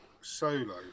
solo